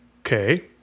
Okay